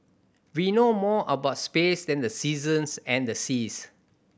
we know more about space than the seasons and the seas